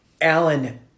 Alan